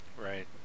Right